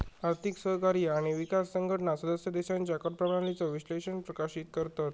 आर्थिक सहकार्य आणि विकास संघटना सदस्य देशांच्या कर प्रणालीचो विश्लेषण प्रकाशित करतत